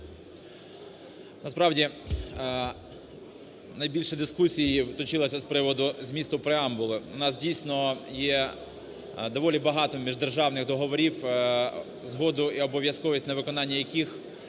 Насправді, найбільше дискусії точилося з приводу змісту преамбули. У нас, дійсно, є доволі багато міждержавних договорів згоду і обов'язковість на виконання яких